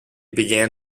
began